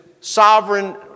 sovereign